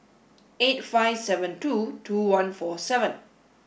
eight five seven two two one four seven